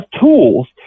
tools